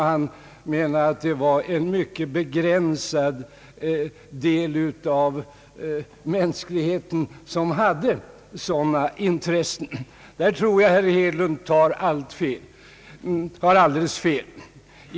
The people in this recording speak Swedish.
Han menade att det var en mycket begränsad del av mänskligheten som hade sådana intressen. I det avseendet tror jag herr Hedlund har alldeles fel.